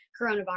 coronavirus